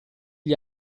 gli